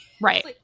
Right